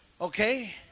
Okay